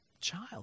child